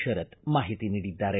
ಶರತ್ ಮಾಹಿತಿ ನೀಡಿದ್ದಾರೆ